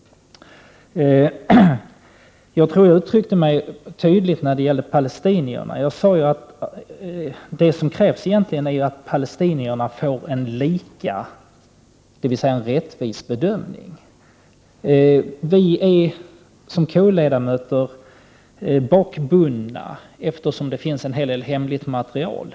Jag tror att jag uttryckte mig tydligt när det gällde palestinierna. Jag sade ju att det som krävs är egentligen att palestinierna får en lika, dvs. en rättvis, bedömning. Vi är som KU-ledamöter bakbundna, eftersom det finns en hel del hemligt material.